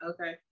Okay